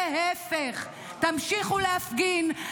להפך: תמשיכו להפגין,